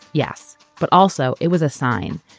yes, but also it was a sign,